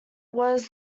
was